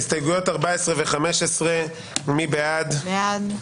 הסתייגות מס' 45. מי בעד?